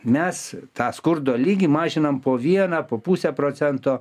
mes tą skurdo lygį mažinam po vieną po pusę procento